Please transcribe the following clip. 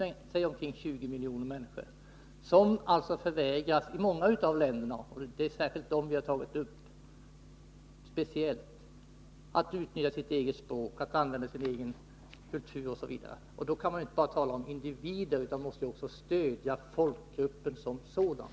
Men låt oss säga att det är ungefär 20 miljoner människor, som i många av länderna — och det är dem vi speciellt har tagit upp — förvägras att utnyttja sitt eget språk, att använda sin egen kultur, osv. Då kan man inte bara tala om individer, utan vi måste också stödja folkgruppen som sådan!